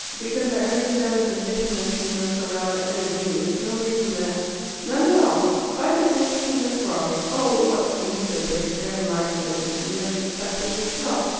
because i understand the position of signor carella and of you, it's no reason that none at all. fight as if you think us wrong. oh, what's the use of your fair-mindedness if you never decide for yourself?